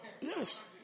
Yes